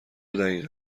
دقیقه